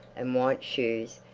and white shoes,